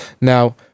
Now